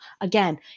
Again